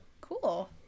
cool